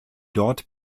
dort